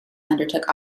undertook